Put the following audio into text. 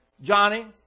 Johnny